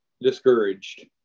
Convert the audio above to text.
discouraged